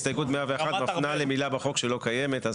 הסתייגות 101 מפנה למילה בחוק שלא קיימת,